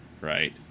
right